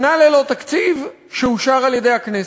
שנה ללא תקציב שאושר על-ידי הכנסת.